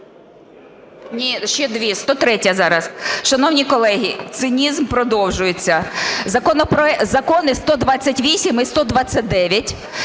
Ні, ще дві. 103-я зараз. Шановні колеги, цинізм продовжується. Закони 128 і 129,